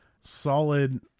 solid